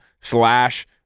slash